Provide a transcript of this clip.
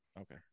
okay